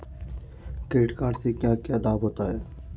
Credit card से क्या क्या लाभ होता है?